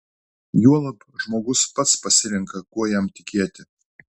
juolab žmogus pats pasirenka kuo jam tikėti